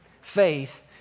Faith